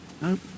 no